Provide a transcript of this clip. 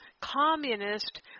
communist